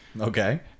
Okay